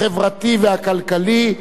החברתי והכלכלי.